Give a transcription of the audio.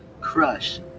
Crush